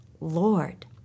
Lord